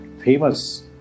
Famous